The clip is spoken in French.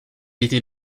était